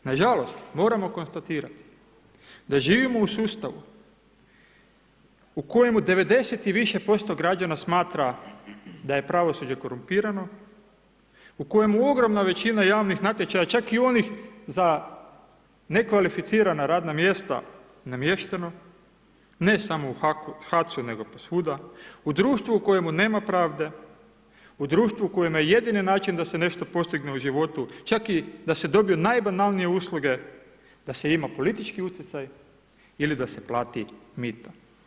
Nažalost moramo konstatirati da živimo u sustavu u kojemu 90 i više posto građana smatra da je pravosuđe korumpirano, u kojemu ogromna većina javnih natječaja, čak i onih za nekvalificirana radna mjesta namješteno, ne samo u HAC-u, nego posvuda, u društvu u kojemu nema pravde, u društvu kojemu je jedini način da se nešto postigne u životu čak i da se dobiju najbanalnije usluge, da se ima politički utjecaj ili da se plati mito.